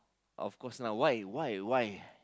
of course lah why why why